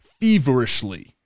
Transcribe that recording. feverishly